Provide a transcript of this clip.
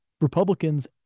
Republicans